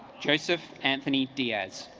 joseph anthony's diaz